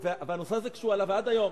והנושא הזה, כשעלה, ועד היום,